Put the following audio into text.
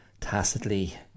tacitly